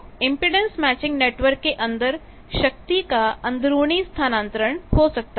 तो impedance matching network के अंदर शक्ति का अंदरूनी स्थानांतरण हो सकता है